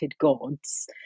gods